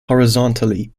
horizontally